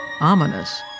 ominous